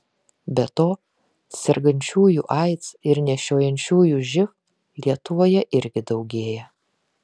be to sergančiųjų aids ir nešiojančiųjų živ lietuvoje irgi daugėja